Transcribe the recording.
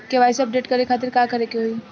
KYC update करे के खातिर का करे के होई?